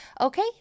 Okay